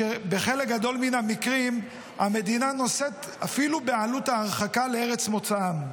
ובחלק גדול מן המקרים המדינה נושאת אפילו בעלות ההרחקה לארץ מוצאם.